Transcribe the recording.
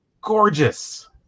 gorgeous